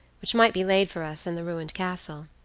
which might be laid for us in the ruined castle.